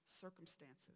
circumstances